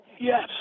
Yes